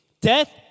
Death